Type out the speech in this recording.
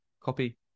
copy